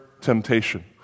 temptation